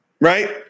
Right